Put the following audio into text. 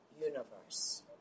universe